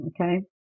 okay